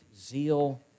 zeal